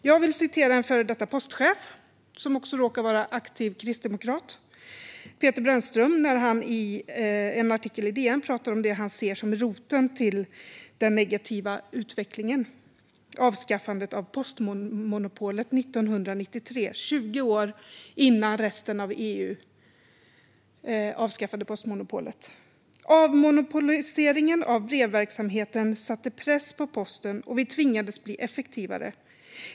Jag vill citera en före detta postchef som också råkar vara aktiv kristdemokrat, Peter Brännström, som i en artikel i DN talar om det han ser som roten till den negativa utvecklingen: avskaffandet av postmonopolet 1993, 20 år innan det avskaffades i resten av EU. "Avmonopoliseringen av brevverksamheten satte press på Posten och vi tvingades bli effektivare.